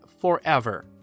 forever